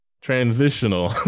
Transitional